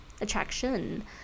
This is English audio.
Attraction